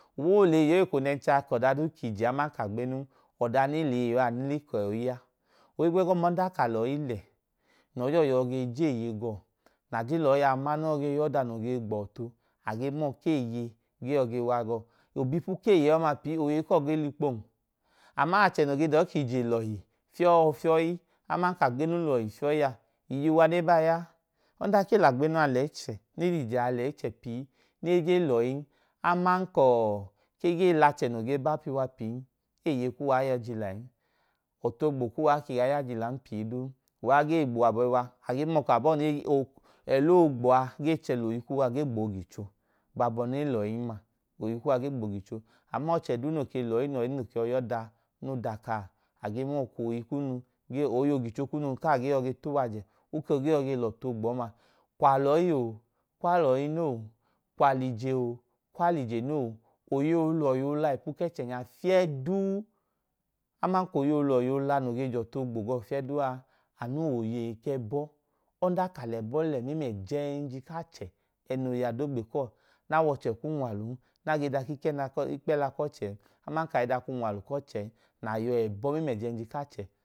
Uwa o leyi yọọ ekonẹnche kọdaduu k’ije aman k’agbenun, oda ne leyi yọọ a anu lek’oyi a ohigbẹgọma ohigbẹ gọma odan ka lọyi lẹ nọiyọ yọ gee jeeye gọ na je lọyi a ma no ge yọda noge gbọọtu, age mọọ k’eeya gẹ yo̱ ge wa gọ obipu keeye ọma pii oyeyi kọ ge likpon aman achẹ no ge dọọ kije lọhi fioyi a, iyu iva nebiyaa. Ọnda ke l’agbenu a le ichẹ nelije a le iche pii neje loyin aman kọọ ke ge l’achẹ noo ge ba p’iyuwa piin eeye kuwa iyajila ẹn ọtu ogbo kuwa ike gaa yajilan pii, duu, uwaa gee gbo abọiwa agee mọọ kabọọ ẹloogboa gee chẹ loyi kuwa ge gboo gicho gbabo ne loyin ma, oyi kuwa ge gboo gicho ama ọchelll duu no ke lọyi nọyinu ke yọi yọda no dakaa age mọọ k’oyi kunu oyi ogicho kunu kaa ge yọ ge t’uwaje, oke yọ ge yo ge l’ọtu ogbo ọma. Kwa lọyio, kwa lọyi noo, kwa l’ije o kwa l’ije noo, oyeyi olọhi ola ipu keche nya fieduu aman koyeyi olọhi ola noge jọtu ogbo go fiedu a anuwoyei kebo, ọnda kalebo le mẹm’ejẹnji k’achẹ noo y’adogbe kọọ nawọchẹ k’unalun, na ge dakina kọ ikpẹla kọọ chẹn aman kai dak’unwalu kọchẹn na yọ ebọ mẹm’ejẹnji k’achẹ.